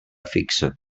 fixa